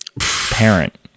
parent